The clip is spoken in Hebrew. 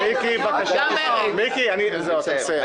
מיקי, תסיים.